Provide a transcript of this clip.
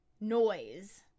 noise